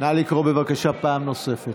נא לקרוא בבקשה פעם נוספת.